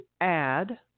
add